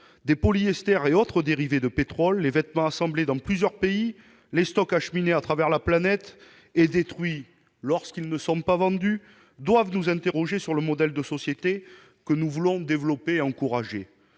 des polyesters et autres dérivés du pétrole, les vêtements assemblés dans plusieurs pays et les stocks acheminés à travers la planète et détruits lorsqu'ils ne sont pas vendus doivent nous conduire à nous interroger : quel modèle de société voulons-nous encourager